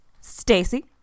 stacy